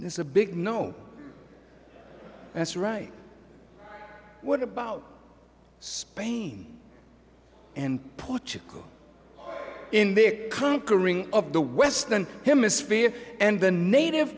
it's a big no that's right what about spain and put in the conquering of the western hemisphere and the native